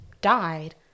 died